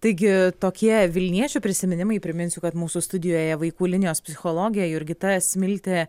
taigi tokie vilniečių prisiminimai priminsiu kad mūsų studijoje vaikų linijos psichologė jurgita smiltė